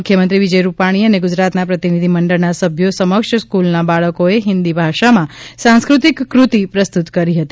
મુખ્યમંત્રી વિજય રૂપાણી અને ગુજરાત ના પ્રતિનિધિમંડળના સભ્યો સમક્ષ સ્ફૂલના બાળકોએ હિન્દી ભાષામાં સાંસ્કૃતિક કૃતિ પ્રસ્તુત કરી હતી